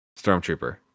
stormtrooper